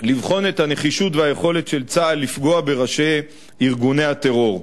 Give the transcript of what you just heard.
לבחון את הנחישות והיכולת של צה"ל לפגוע בראשי ארגוני הטרור.